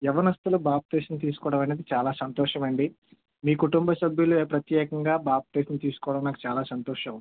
యవ్వనస్థులు బాప్తీసం తీసుకోవడం అనేది చాలా సంతోషం అండి మీ కుటుంబ సభ్యులే ప్రత్యేకంగా బాప్తీసం తీసుకోవడం నాకు చాలా సంతోషం